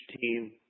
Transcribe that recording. team